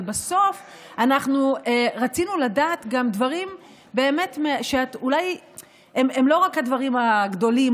אבל בסוף אנחנו רצינו לדעת גם דברים שהם אולי לא רק הדברים הגדולים,